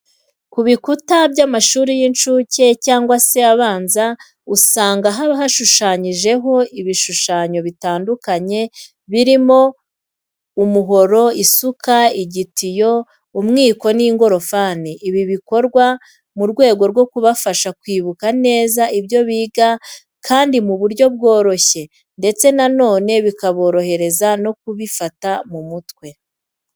Ku bikuta by'amashuri y'incuke cyangwa se abanza usanga haba hashushanyijeho ibishushanyo bitandukanye birimo umuhoro, isuka, igitiyo, umwiko n'ingorofani. Ibi bikorwa mu rwego rwo kubafasha kwibuka neza ibyo biga kandi mu buryo bworoshye ndetse na none bikaborohereza no kubifata mu mutwe.